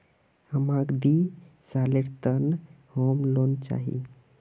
हमाक दी सालेर त न होम लोन चाहिए